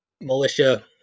militia